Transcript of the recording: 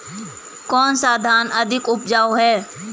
कौन सा धान अधिक उपजाऊ है?